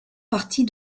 partie